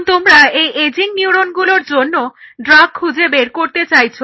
এখন তোমরা এই এজিং নিউরনগুলোর জন্য ড্রাগ খুঁজে বের করতে চাইছো